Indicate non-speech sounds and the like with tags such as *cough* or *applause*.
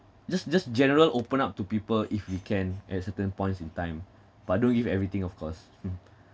just just general open up to people if we can at certain points in time but don't give everything of course *laughs*